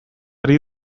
ari